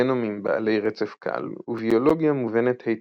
גנומים בעלי רצף קל וביולוגיה מובנת היטב,